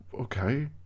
okay